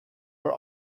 are